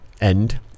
end